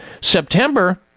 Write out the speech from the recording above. September